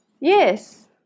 Yes